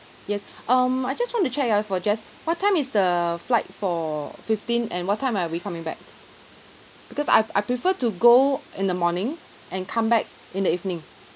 yes um I just want to check uh for jess what time is the flight for fifteen and what time are we coming back because I I prefer to go in the morning and come back in the evening